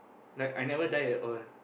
like I never die at all